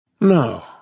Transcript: No